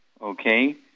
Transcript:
okay